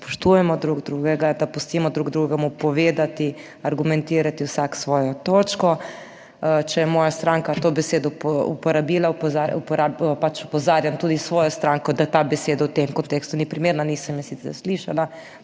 spoštujemo drug drugega, da pustimo drug drugemu povedati, argumentirati vsak svojo točko. Če je moja stranka to besedo uporabila, pač opozarjam tudi svojo stranko, da ta beseda v tem kontekstu ni primerna. Nisem je sicer